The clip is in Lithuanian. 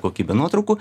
kokybe nuotraukų